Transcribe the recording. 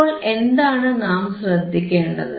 ഇപ്പോൾ എന്താണ് നാം ശ്രദ്ധിക്കേണ്ടത്